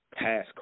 passcode